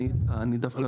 אני דווקא